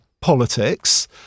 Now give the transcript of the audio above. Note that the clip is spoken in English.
politics